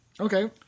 Okay